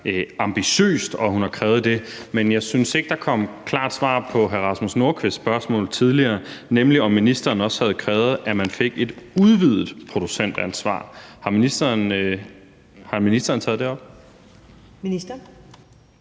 ambitiøst, og at hun har krævet det, men jeg synes ikke, der kom klart svar på hr. Rasmus Nordqvists spørgsmål tidligere, nemlig om ministeren også havde krævet, at man fik et udvidet producentansvar. Har ministeren taget det op?